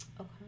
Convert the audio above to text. Okay